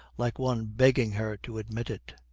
like one begging her to admit it,